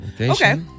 Okay